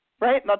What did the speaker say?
right